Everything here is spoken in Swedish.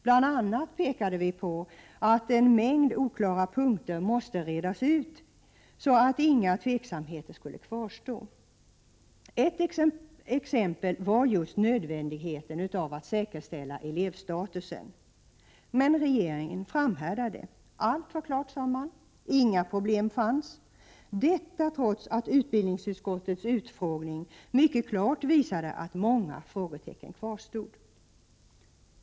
Bl.a. pekade vi på att en mängd oklara punkter måste redas ut så att inga tveksamheter skulle kvarstå. Ett exempel var just nödvändigheten av att säkerställa elevstatusen. Men regeringen framhärdade. Allt var klart sade man, inga problem fanns — detta trots att utbildningsutskottets utfrågning mycket klart visade att många frågetecken kvarstod.